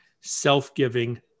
self-giving